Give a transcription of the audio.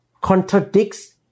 contradicts